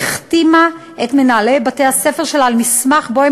היא החתימה את מנהלי בתי-הספר שלה על מסמך שבו הם